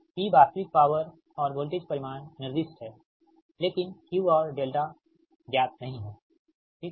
P वास्तविक power और voltage परिमाण निर्दिष्ट हैं लेकिन Q औरज्ञात नहीं हैं ठीक